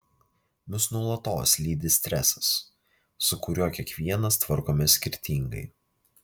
mus nuolatos lydi stresas su kuriuo kiekvienas tvarkomės skirtingai